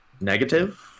negative